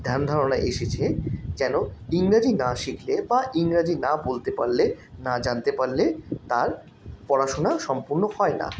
ধ্যানধারণা এসেছে যেন ইংরাজি না শিখলে বা ইংরাজি না বলতে পারলে না জানতে পারলে তার পড়াশোনা সম্পূর্ণ হয় না